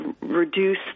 reduce